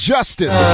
Justice